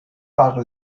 par